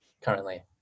currently